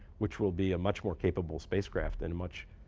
which will be a much more capable spacecraft and a much